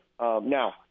Now